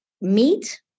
meat